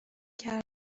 کرد